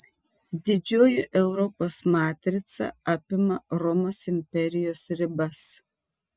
didžioji europos matrica apima romos imperijos ribas